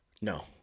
No